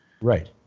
Right